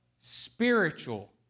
spiritual